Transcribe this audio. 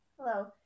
Hello